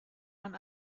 man